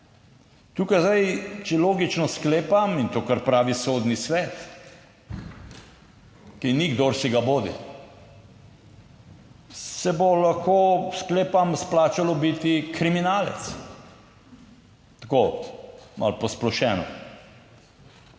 Tukaj zdaj, če logično sklepam, in to kar pravi Sodni svet, ki ni kdor si ga bodi, se bo lahko, sklepam, splačalo biti kriminalec, tako malo posplošeno.